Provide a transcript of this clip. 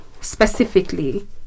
specifically